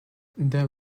there